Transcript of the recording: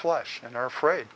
flesh and are afraid